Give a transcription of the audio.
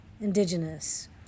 indigenous